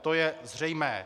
To je zřejmé.